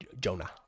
jonah